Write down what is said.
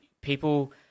People